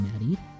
Maddie